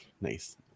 nice